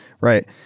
Right